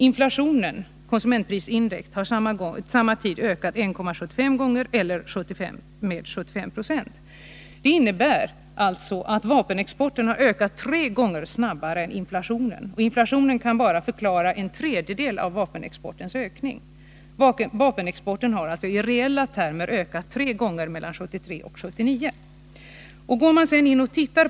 Inflationen, konsumentprisindex, har under samma tid ökat 1,75 gånger eller med 75 26. Det innebär att vapenexporten har ökat tre gånger snabbare än inflationen — och att inflationen bara kan förklara en tredjedel av vapenexportens ökning. Vapenexporten har i reella termer ökat tre gånger mellan 1973 och 1979.